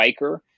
biker